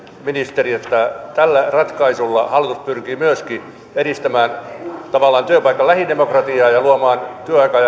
ministeri että tällä ratkaisulla hallitus pyrkii myöskin edistämään työpaikan lähidemokratiaa ja luomaan